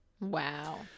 Wow